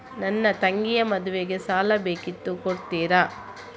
ನನ್ನ ತಂಗಿಯ ಮದ್ವೆಗೆ ಸಾಲ ಬೇಕಿತ್ತು ಕೊಡ್ತೀರಾ?